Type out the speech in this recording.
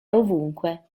ovunque